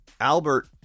Albert